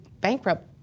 bankrupt